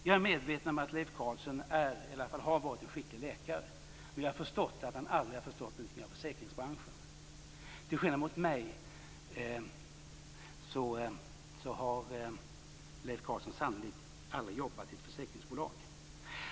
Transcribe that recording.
Jag är medveten om att Leif Carlson är, eller i alla fall har varit, en skicklig läkare. Men jag har insett att han aldrig har förstått något om försäkringsbranschen. Till skillnad från mig har Leif Carlson sannolikt aldrig jobbat i ett försäkringsbolag.